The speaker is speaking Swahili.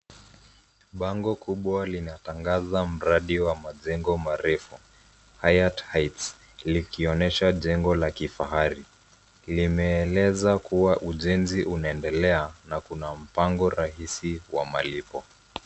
Bango kubwa linatangaza mradi wa majengo marefu Hayat Heights likionyesha jengo la kifahari. Limeeleza kuwa ujenzi unaendelea na kuna mpango rahisi wa malipo.